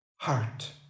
heart